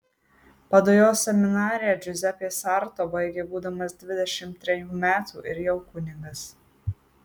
padujos seminariją džiuzepė sarto baigė būdamas dvidešimt trejų metų ir jau kunigas